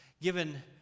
Given